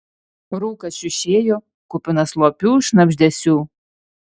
rūkas šiušėjo kupinas slopių šnabždesių